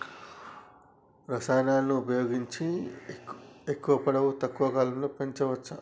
రసాయనాలను ఉపయోగించి ఎక్కువ పొడవు తక్కువ కాలంలో పెంచవచ్చా?